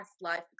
life